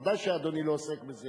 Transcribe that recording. ודאי שאדוני לא עוסק בזה,